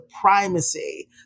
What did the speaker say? primacy